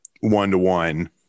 one-to-one